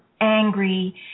angry